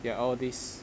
ya all this